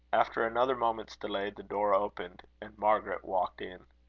after another moment's delay, the door opened, and margaret walked in.